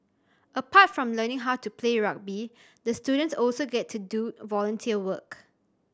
apart from learning how to play rugby the students also get to do volunteer work